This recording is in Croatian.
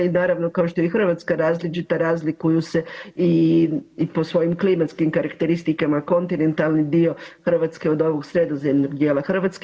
I naravno kao što je i Hrvatska različita razlikuju se i po svojim klimatskim karakteristikama kontinentalni dio Hrvatske od ovog sredozemnog dijela Hrvatske.